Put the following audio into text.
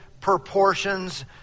proportions